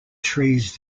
trees